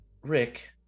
Rick